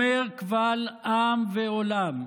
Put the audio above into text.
אומר קבל עם ועולם: